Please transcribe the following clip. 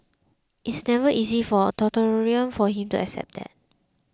it's never easy for an authoritarian like him to accept that